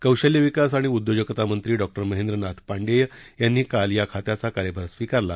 कौशल्य विकास आणि उद्योजकता मंत्री डॉक्टर महेंद्रनाथ पांडेय यांनी काल या खात्याचा कार्यभार स्वीकारला